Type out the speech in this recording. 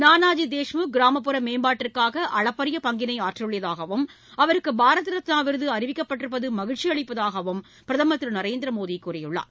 நாளாஜி தேஷ்முக் கிராமப்புற மேம்பாட்டிற்காக அளப்பரிய பங்கினை ஆற்றியுள்ளதாகவும் அவருக்கு பாரத ரத்னா விருது அறிவிக்கப்பட்டிருப்பது மகிழ்ச்சி அளிப்பதாகவும் பிரதமர் திரு நரேந்திர மோடி கூறியுள்ளார்